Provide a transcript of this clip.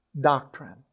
doctrine